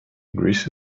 greece